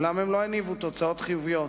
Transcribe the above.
אולם הם לא הניבו תוצאות חיוביות.